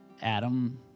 Adam